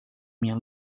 minha